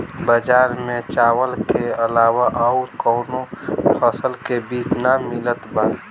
बजार में चावल के अलावा अउर कौनो फसल के बीज ना मिलत बा